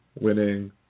winning